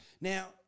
Now